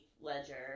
Ledger